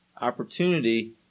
opportunity